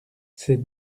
c’est